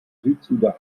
südsudan